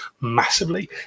massively